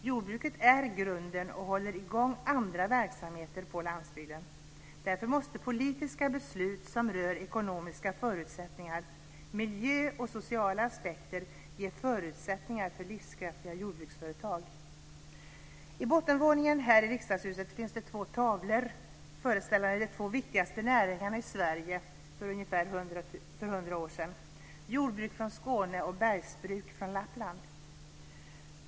Jordbruket är grunden och håller i gång andra verksamheter på landsbygden. Därför måste politiska beslut som rör ekonomiska förutsättningar, miljö och sociala aspekter ge förutsättningar för livskraftiga jordbruksföretag. I bottenvåningen här i riksdagshuset finns det två tavlor föreställande de två viktigaste näringarna i Sverige för hundra år sedan: jordbruk i Skåne och bergsbruk i Lappland.